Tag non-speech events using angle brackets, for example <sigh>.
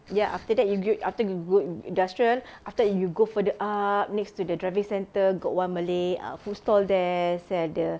ya after that you <noise> after you go industrial after that you go further up next to the driving centre got one malay uh food stall there sell the